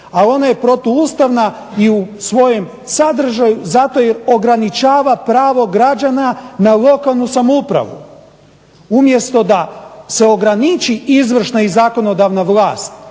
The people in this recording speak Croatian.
ona je protuustavna i u svojem sadržaju zato jer ograničava pravo građana na lokalnu samoupravu. Umjesto da se ograniči izvršna i zakonodavna vlast